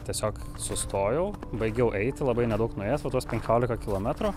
tiesiog sustojau baigiau eit labai nedaug nuėjęs va tuos penkiolika kilometrų